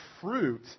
fruit